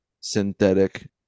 synthetic